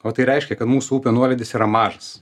o tai reiškia kad mūsų upė nuolydis yra mažas